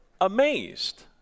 amazed